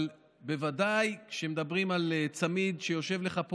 אבל בוודאי כשמדברים על צמיד שיושב לך פה